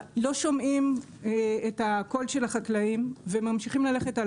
לא שומעים את הקול של החקלאים וממשיכים ללכת על